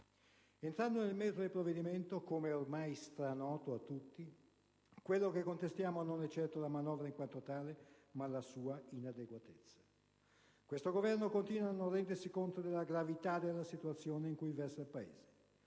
Entrando nel merito del provvedimento, come ormai è stranoto a tutti, quello che contestiamo non è certo la manovra in quanto tale, ma la sua inadeguatezza. Questo Governo continua a non rendersi conto della gravità della situazione in cui versa il Paese.